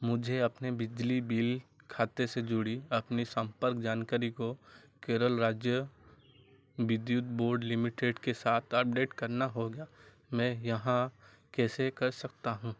मुझे अपने बिजली बिल खाते से जुड़ी अपनी संपर्क जानकारी को केरल राज्य विद्युत बोर्ड लिमिटेड के साथ अपडेट करना होगा मैं यहाँ कैसे कर सकता हूँ